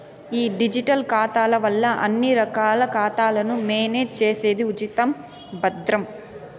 ఈ డిజిటల్ ఖాతాల వల్ల అన్ని రకాల ఖాతాలను మేనేజ్ చేసేది ఉచితం, భద్రం